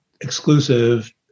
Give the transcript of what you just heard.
exclusive